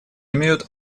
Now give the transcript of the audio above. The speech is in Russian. имеют